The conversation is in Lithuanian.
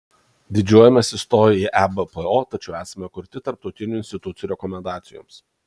didžiuojamės įstoję į ebpo tačiau esame kurti tarptautinių institucijų rekomendacijoms